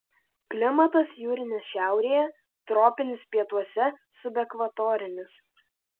klimatas jūrinis šiaurėje tropinis pietuose subekvatorinis